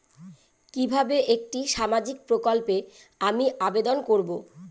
কিভাবে একটি সামাজিক প্রকল্পে আমি আবেদন করব?